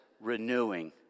Renewing